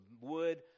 wood